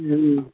हूँ